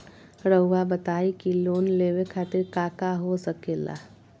रउआ बताई की लोन लेवे खातिर काका हो सके ला?